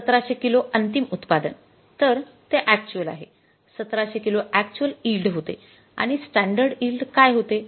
१७०० kilo अंतिम उत्पादन तर ते अॅक्च्युअल आहे १७०० किलो अॅक्च्युअल यिल्ड होते आणि स्टॅंडर्ड यिल्ड काय होते